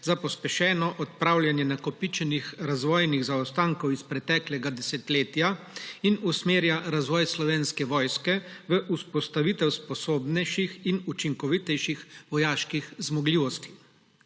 za pospešeno odpravljanje nakopičenih razvojnih zaostankov iz preteklega desetletja in usmerja razvoj Slovenske vojske v vzpostavitev sposobnejših in učinkovitejših vojaških zmogljivosti.